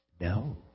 no